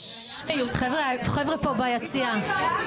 היא מפריעה לי.